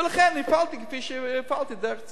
ולכן פעלתי כפי שפעלתי דרך צו.